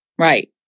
Right